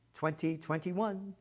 2021